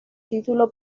título